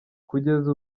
kugeza